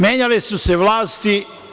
Menjale su se vlasti.